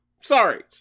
Sorry